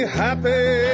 happy